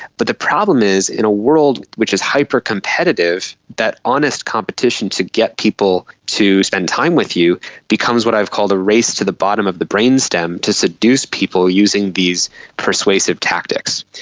but the problem is in a world which is hypercompetitive, that honest competition to get people to spend time with you becomes what i've called a race to the bottom of the brainstem to seduce people using these persuasive tactics.